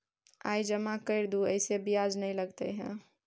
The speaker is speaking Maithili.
आय जमा कर दू ऐसे ब्याज ने लगतै है?